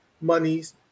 monies